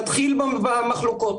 נתחיל במחלוקות.